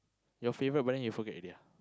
your favourite but then you forget already ah